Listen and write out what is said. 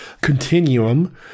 continuum